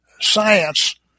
science